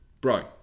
bro